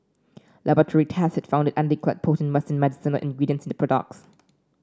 laboratory tests had found undeclared potent western medicinal ingredients in the products